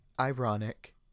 ironic